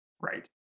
Right